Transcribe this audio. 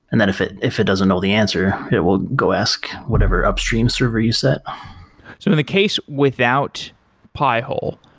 and then if it if it doesn't know the answer, it will go ask whatever upstream server you set in the case without pi-hole,